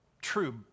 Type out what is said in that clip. true